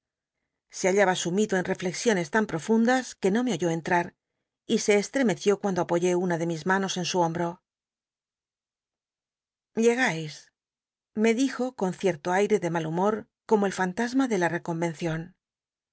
se ha llaba sumi do en reflexiones tan profundas c uc no me oyó cn ttat y se estremeció cuando apoyé una de mi manos en su hombro llegais me dijo con cierto aitc de ma l humor como el fan tasma de la recon